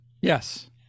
Yes